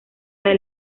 del